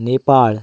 Nepal